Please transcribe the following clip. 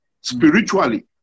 spiritually